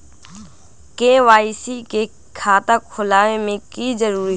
KYC के खाता खुलवा में की जरूरी होई?